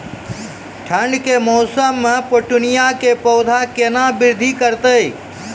ठंड के मौसम मे पिटूनिया के पौधा केना बृद्धि करतै?